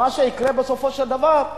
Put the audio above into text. מה שיקרה בסופו של דבר,